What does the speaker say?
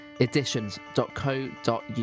editions.co.uk